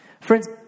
Friends